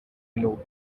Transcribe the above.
below